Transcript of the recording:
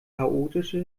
chaotische